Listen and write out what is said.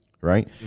right